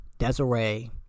Desiree